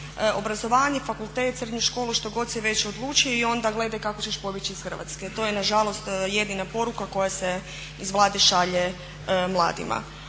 obrazovanje, fakultet, srednju školu, što god si već odlučio i onda gledaj kako ćeš pobjeći iz Hrvatske. To je na žalost jedina poruka koja se iz Vlade šalje mladima.